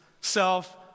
self